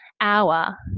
hour